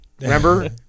Remember